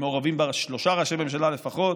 שמעורבים בה שלושה ראשי ממשלה לפחות,